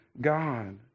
God